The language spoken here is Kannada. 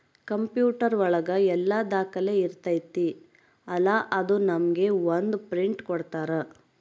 ಕಂಪ್ಯೂಟರ್ ಒಳಗ ಎಲ್ಲ ದಾಖಲೆ ಇರ್ತೈತಿ ಅಲಾ ಅದು ನಮ್ಗೆ ಒಂದ್ ಪ್ರಿಂಟ್ ಕೊಡ್ತಾರ